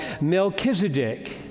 Melchizedek